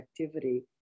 activity